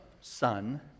son